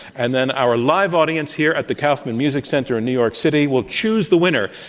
and then our live audience here at the kaufman music center in new york city will choose the winner.